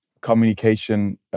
communication